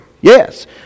Yes